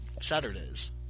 Saturdays